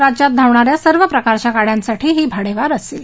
राज्यात धावणाऱ्या सर्व प्रकारच्या गाड्यांसाठी ही भाडेवाढ असणार आहे